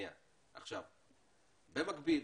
במקביל,